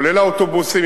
כולל האוטובוסים,